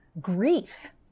grief